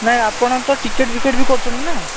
ନା ଆପଣ ତ ଟିକେଟ୍ ଫିକେଟ୍ ବି କରୁଛନ୍ତି ନା